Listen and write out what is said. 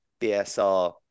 BSR